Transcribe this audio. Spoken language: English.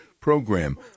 program